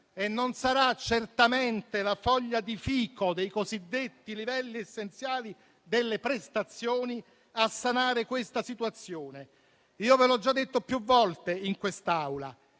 e non sarà certamente la foglia di fico dei cosiddetti livelli essenziali delle prestazioni a sanare la situazione. Ve l'ho già detto più volte in quest'Aula: